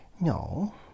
No